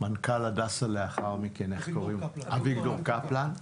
ומנכ"ל הדסה לאחר מכן, אביגדור קפלן,